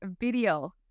video